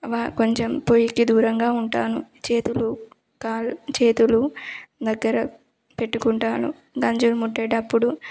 వ కొంచెం పొయ్యికి దూరంగా ఉంటాను చేతులు కాళ్ళు చేతులు దగ్గర పెట్టుకుంటాను గంజిని ముట్టేటప్పుడు